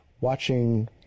watching